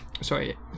Sorry